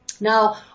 Now